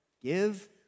Give